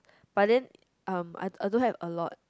but then um I I don't have a lot